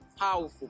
powerful